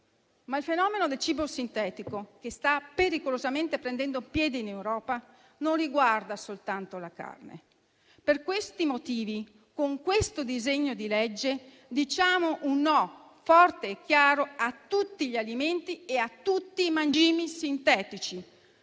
Il fenomeno del cibo sintetico, che sta pericolosamente prendendo piede in Europa, non riguarda però soltanto la carne. Per tali motivi, con il disegno di legge in discussione diciamo un no forte e chiaro a tutti gli alimenti e a tutti i mangimi sintetici: